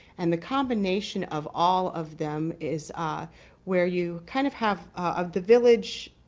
and the combination of all of them is where you kind of have. of the village.